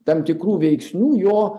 tam tikrų veiksnių jo